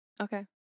Okay